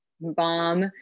bomb